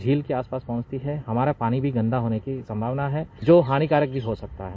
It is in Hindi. झील के आस पास पहुंचती है हमारा पानी भी गंदा होने की संभावना है जो हानिकारक भी हो सकता है